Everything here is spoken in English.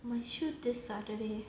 my shoot this saturday